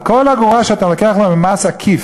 כל אגורה שאתה לוקח מס עקיף,